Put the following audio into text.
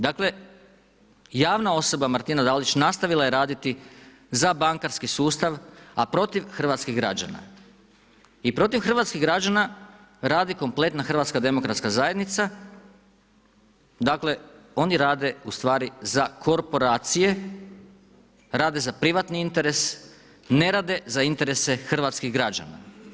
Dakle, javna osoba Martina Dalić nastavila je raditi za bankarski sustav, a protiv hrvatskih građana i protiv hrvatskih građana radi kompletna Hrvatska demokratska zajednica, dakle oni rade ustvari za korporacije, rade za privatni interes, ne rade za interese hrvatskih građana.